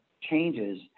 changes